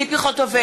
בעד ציפי חוטובלי,